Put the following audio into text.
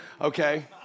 okay